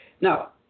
Now